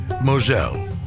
Moselle